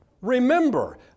Remember